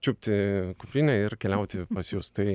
čiupti kuprinę ir keliauti pas jus tai